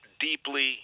deeply –